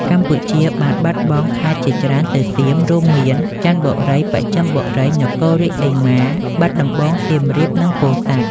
កម្ពុជាបានបាត់បង់ខេត្តជាច្រើនទៅសៀម រួមមាន ចន្ទបុរី បស្ចិមបុរី នគររាជសីមា បាត់ដំបង សៀមរាប និងពោធិ៍សាត់។